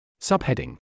Subheading